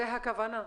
זה הכוונה.